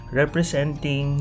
representing